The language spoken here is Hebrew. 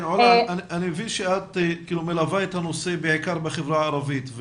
אני מבין שאת מלווה את הנושא בעיקר בחברה הערבית.